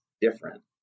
different